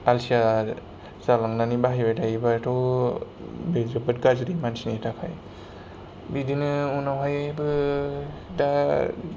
आलसिया जालांनानै बाहायबाय थायोबाथ' बे जोबोद गाज्रि मानसिनि थाखाय बिदिनो उनावहायबो दा